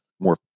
more